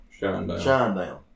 Shinedown